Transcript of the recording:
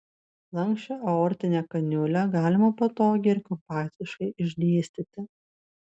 lanksčią aortinę kaniulę galima patogiai ir kompaktiškai išdėstyti